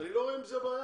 אני לא רואה עם זה בעיה.